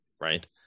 right